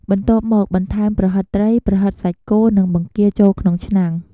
បន្ទាប់មក បន្ថែម ប្រហិតត្រី ប្រហិតសាច់គោ និង បង្គា ចូលក្នុងឆ្នាំង។